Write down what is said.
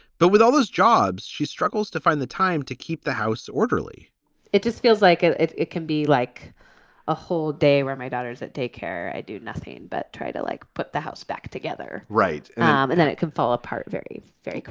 but with all those jobs, she struggles to find the time to keep the house orderly it just feels like it it can be like a whole day where my daughter's at daycare. i do nothing but try to, like, put the house back together. right. and and it can fall apart very, very